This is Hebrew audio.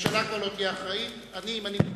הממשלה כבר לא תהיה אחראית, אני אם אני מתפטר,